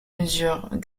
mesures